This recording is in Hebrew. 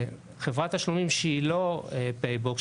חברת תשלומים שהיא לא פייבוקס,